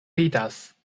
ridas